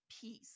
peace